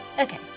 Okay